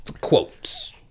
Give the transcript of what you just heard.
quotes